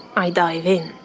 i dive in.